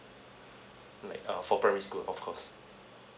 like uh for primary school of course